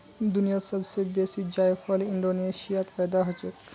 दुनियात सब स बेसी जायफल इंडोनेशियात पैदा हछेक